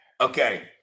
okay